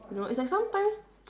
you know it's like sometimes